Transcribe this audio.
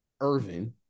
Irvin